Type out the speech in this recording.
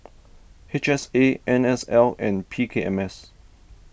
H S A N S L and P K M S